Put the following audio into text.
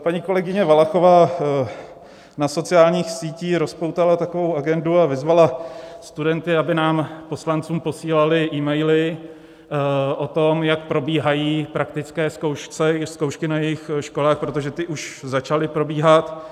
Paní kolegyně Valachová na sociálních sítích rozpoutala takovou agendu a vyzvala studenty, aby nám poslancům posílali emaily o tom, jak probíhají praktické zkoušky na jejich školách, protože ty už začaly probíhat.